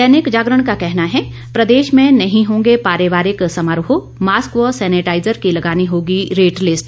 दैनिक जागरण का कहना है प्रदेश में नहीं होंगे पारिवारिक समारोह मास्क व सैनिटाइजर की लगानी होगी रेट लिस्ट